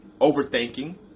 overthinking